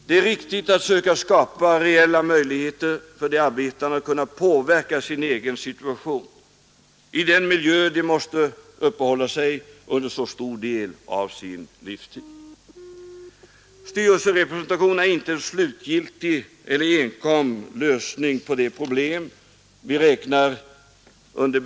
Det är riktigt att försöka skapa reella möjligheter för de arbetande att kunna påverka sin egen situation i den miljö de måste vistas under så lång tid av sin levnad Styrelserepresentationen är inte en slutgiltig lösning, eller den enda lö företagsdemokrati. Den är bara ett led.